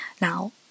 Now